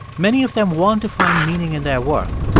many of them want to find meaning in their work,